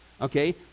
okay